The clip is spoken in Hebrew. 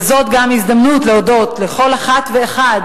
וזאת גם הזדמנות להודות לכל אחת ואחת